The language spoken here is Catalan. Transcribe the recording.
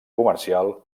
comercial